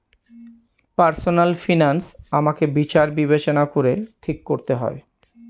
personal finance আমাকে বিচার বিবেচনা করে ঠিক করতে হয়